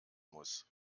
muss